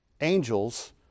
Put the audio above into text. Angels